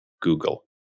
Google